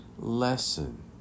lesson